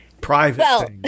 Private